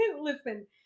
Listen